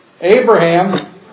Abraham